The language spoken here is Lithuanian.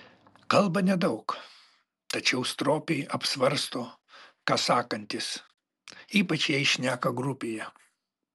kalba nedaug tačiau stropiai apsvarsto ką sakantis ypač jei šneka grupėje